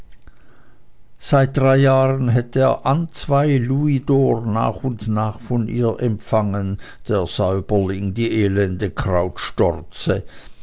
seit drei jahren hätte er an zwei louisdor nach und nach von ihr empfangen der säuberling die elende